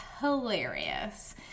hilarious